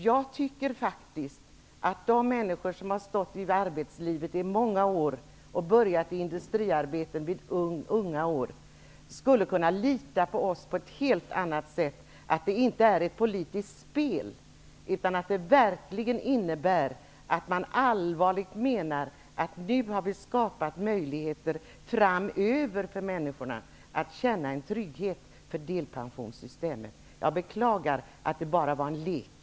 Jag tycker faktiskt att de människor som under många år varit med i arbetslivet och som börjat arbeta inom industrin som unga skall kunna lita på oss på ett helt annat sätt. De skall kunna lita på att det inte är fråga om ett politiskt spel, utan de skall veta att det verkligen innebär att man allvarligt menar att möjligheter nu skapas så att människorna framöver kan känna trygghet vad gäller delpensionssystemet. Jag beklagar alltså att det här bara var en lek.